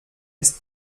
ist